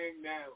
Now